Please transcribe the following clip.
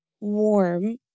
warm